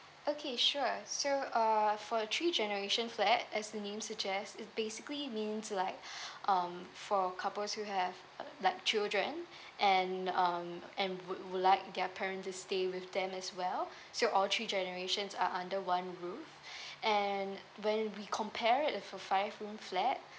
okay sure so uh for a three generation flat as the name suggests it basically means like um for couples you have uh like children and um and would would like their parent to stay with them as well so all three generations are under one roof and when we compare it if for five room flat